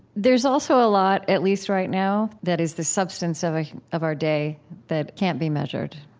there's also a lot, at least right now, that is the substance of ah of our day that can't be measured.